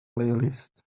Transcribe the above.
playlist